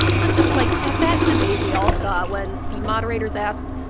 listen. like, at that debate, we all saw when the moderators asked,